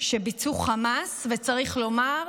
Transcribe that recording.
שביצעו חמאס, וצריך לומר,